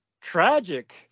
tragic